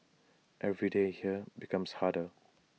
every day here becomes harder